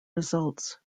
results